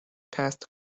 past